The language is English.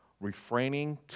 refraining